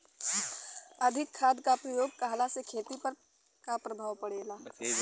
अधिक खाद क प्रयोग कहला से खेती पर का प्रभाव पड़ेला?